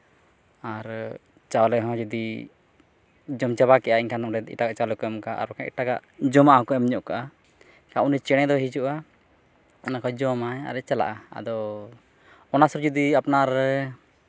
ᱟᱨ ᱪᱟᱣᱞᱮ ᱦᱚᱸ ᱡᱩᱫᱤ ᱡᱚᱢ ᱪᱟᱸᱵᱟ ᱠᱮᱫ ᱟᱭ ᱮᱱᱠᱷᱟᱱ ᱚᱸᱰᱮ ᱫᱚ ᱮᱴᱟᱜᱟ ᱪᱟᱣᱞᱮ ᱠᱚ ᱮᱢ ᱠᱟᱜᱼᱟ ᱟᱨ ᱵᱟᱝ ᱠᱷᱟᱱ ᱮᱴᱟᱜᱟᱜ ᱡᱚᱢᱟᱜ ᱦᱚᱸᱠᱚ ᱮᱢ ᱧᱚᱜ ᱠᱟᱜᱼᱟ ᱠᱷᱟᱱ ᱩᱱᱤ ᱪᱮᱬᱮ ᱫᱚᱭ ᱦᱤᱡᱩᱜᱼᱟ ᱚᱱᱟ ᱠᱚᱭ ᱡᱚᱢᱟ ᱟᱨᱮ ᱪᱟᱞᱟᱜᱼᱟ ᱟᱫᱚ ᱚᱱᱟ ᱥᱩᱨ ᱡᱩᱫᱤ ᱟᱯᱱᱟᱨ